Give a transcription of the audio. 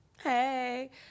Hey